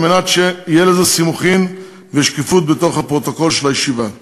כדי שיהיו לזה סימוכין ושקיפות בפרוטוקול הישיבה.